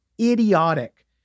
idiotic